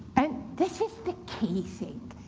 and this is the key thing.